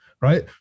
right